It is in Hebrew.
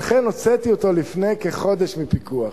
ואכן הוצאתי אותו לפני כחודש מפיקוח.